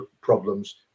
problems